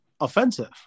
offensive